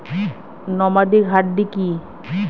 Nomadic hardy কি?